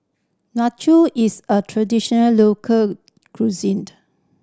Nacho is a traditional local cuisine